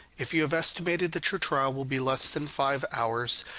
if you have estimated that your trial will be less than five hours,